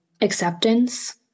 Acceptance